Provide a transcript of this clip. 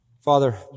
Father